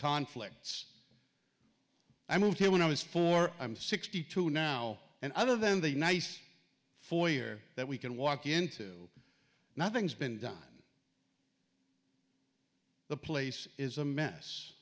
conflicts i moved here when i was four i'm sixty two now and other than the nice four year that we can walk into nothing's been done the place is a mess